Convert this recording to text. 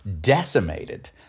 decimated